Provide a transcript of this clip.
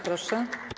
Proszę.